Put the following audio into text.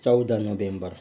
चौध नोभेम्बर